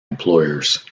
employers